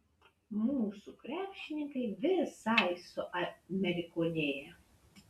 mūsų krepšininkai visai suamerikonėja